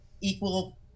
equal